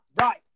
right